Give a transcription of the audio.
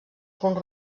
punt